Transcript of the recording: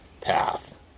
path